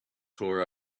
tore